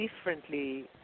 differently